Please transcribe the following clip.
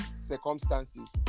circumstances